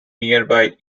nearby